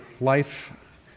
life